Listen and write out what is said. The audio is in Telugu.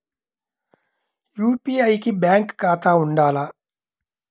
యూ.పీ.ఐ కి బ్యాంక్ ఖాతా ఉండాల?